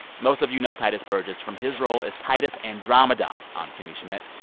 most of you know tituss burgess from his role as titus andromedon on kimmy schmidt.